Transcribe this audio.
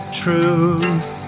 truth